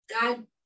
God